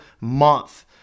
month